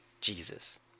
Jesus